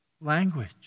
language